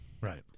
Right